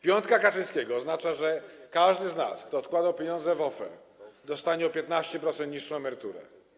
Piątka Kaczyńskiego oznacza, że każdy, kto odkładał pieniądze w OFE, dostanie o 15% niższą emeryturę.